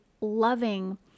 loving